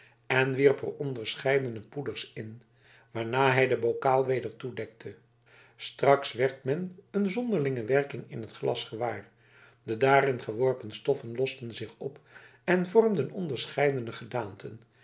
en wierp er onderscheidene poeders in waarna hij den bokaal weder toedekte straks werd men een zonderlinge werking in het glas gewaar de daarin geworpen stoffen losten zich op en vormden onderscheidene gedaanten